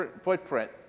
footprint